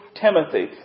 Timothy